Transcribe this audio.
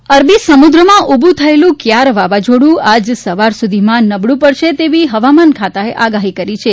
વરસાદ અરબી સમુદ્રમાં ઉભું થયેલું ક્યાર વાવાઝોડું આજે સવાર સુધીમાં નબળું પડશે તેવી હવામાન ખાતાએ આગાહી કરી છે